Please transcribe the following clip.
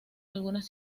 algunas